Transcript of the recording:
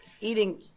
eating